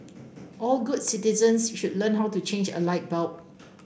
all good citizens should learn how to change a light bulb